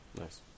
Nice